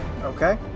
Okay